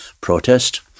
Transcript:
protest